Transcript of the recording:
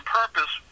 purpose